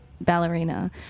ballerina